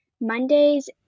Mondays